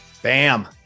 Bam